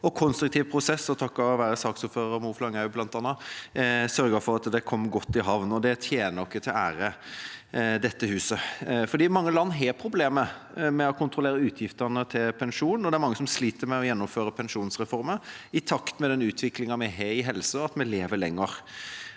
og konstruktiv prosess – og takket være saksordfører Moflag også bl.a. – sørget for at dette kom godt i havn. Det tjener dette huset til ære, for mange land har problemer med å kontrollere utgiftene til pensjon, og det er mange som sliter med å gjennomføre pensjonsreformer i takt med den utviklingen vi har innen helse, og ved at vi lever lenger.